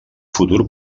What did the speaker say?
futur